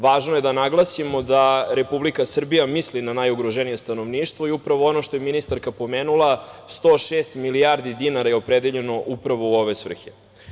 Važno je da naglasimo da Republika Srbija misli na najugroženije stanovništvo i upravo ono što je ministarka pomenula – 106 milijardi dinara je opredeljene upravo u ove svrhe.